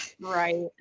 Right